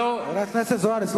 חברת הכנסת זוארץ,